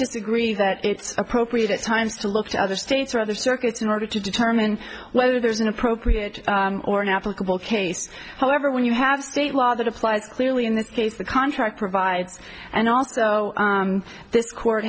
disagree that it's appropriate at times to look to other states or other circuits in order to determine whether there's an appropriate or an applicable case however when you have state law that applies clearly in this case the contract provides and also this court